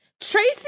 Tracy